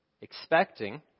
expecting